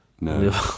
No